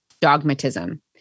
dogmatism